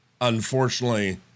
Unfortunately